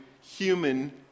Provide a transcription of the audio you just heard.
human